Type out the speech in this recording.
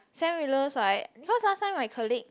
Sam Willows [right] cause last time my colleague